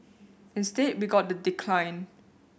instead we got the decline